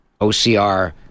OCR